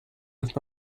with